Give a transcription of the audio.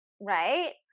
right